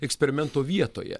eksperimento vietoje